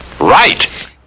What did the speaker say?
right